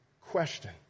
Question